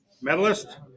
medalist